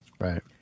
Right